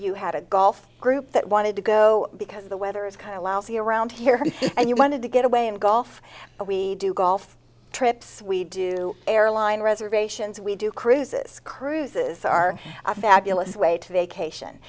you had a golf group that wanted to go because the weather is kind of lousy around here and you wanted to get away and golf but we do golf trips we do airline reservations we do cruises cruises are a fabulous way to vacation